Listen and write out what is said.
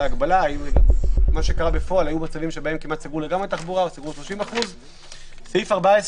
היו מצבים שבהם כמעט סגרו לגמרי את התחבורה או סגרו 30%. סעיף 14